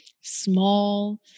small